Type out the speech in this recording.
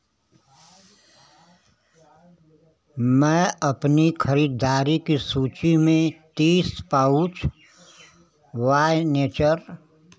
मैं अपनी खरीदारी की सूची में तीस पाउच वाय नेचर